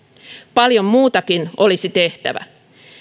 paljon muutakin olisi tehtävä